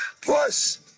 Plus